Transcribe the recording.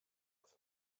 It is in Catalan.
els